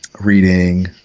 reading